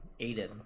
aiden